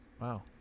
Wow